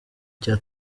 cya